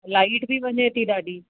light बि वञे थी ॾाढी